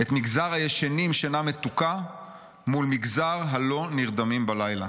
את מגזר הישנים שינה מתוקה מול מגזר הלא נרדמים בלילה.